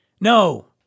no